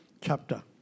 chapter